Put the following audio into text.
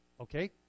Okay